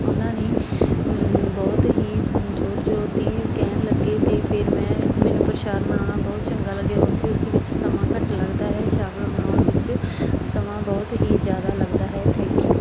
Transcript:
ਉਹਨਾਂ ਨੇ ਬਹੁਤ ਹੀ ਜ਼ੋਰ ਜ਼ੋਰ ਦੀ ਕਹਿਣ ਲੱਗੇ ਅਤੇ ਫੇਰ ਮੈਂ ਮੈਨੂੰ ਪ੍ਰਸ਼ਾਦ ਬਣਾਉਣਾ ਬਹੁਤ ਚੰਗਾ ਲੱਗਿਆ ਕਿਉਂਕਿ ਉਸ ਵਿੱਚ ਸਮਾਂ ਘੱਟ ਲੱਗਦਾ ਹੈ ਪ੍ਰਸ਼ਾਦ ਨੂੰ ਬਣਾਉਣ ਵਿੱਚ ਸਮਾਂ ਬਹੁਤ ਹੀ ਜ਼ਿਆਦਾ ਲੱਗਦਾ ਹੈ ਥੈਂਕ ਯੂ